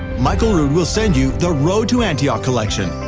michael rood will send you the road to antioch collection,